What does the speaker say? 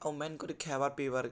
ଆଉ ମେନ୍ କରି ଖାଇବାର୍ ପିଇବାର୍